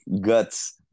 guts